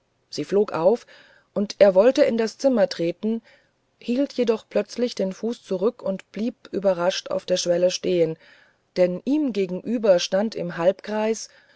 sie flog auf und er wollte in das zimmer treten hielt jedoch plötzlich den fuß zurück und blieb überrascht auf der schwelle stehen denn ihm gegenüber stand im halbkreis